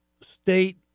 state